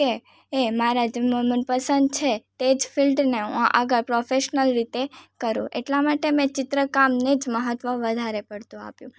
કે એ મારા જે મનપસંદ છે તે જ ફીલ્ડને હું આગળ પ્રોફેશનલ રીતે કરું એટલા માટે મેં ચિત્ર કામને જ મહત્ત્વ વધારે પડતું આપ્યું